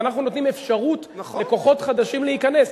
ואנחנו נותנים אפשרות לכוחות חדשים להיכנס.